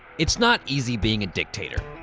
it's not easy being a dictator.